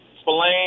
Spillane